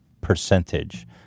percentage